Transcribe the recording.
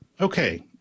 Okay